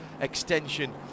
extension